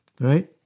Right